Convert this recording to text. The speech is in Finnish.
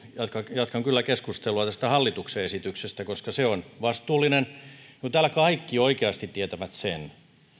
jatkan kyllä keskustelua tästä hallituksen esityksestä koska se on vastuullinen kun täällä kaikki oikeasti tietävät sen